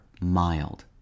mild